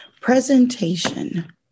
Presentation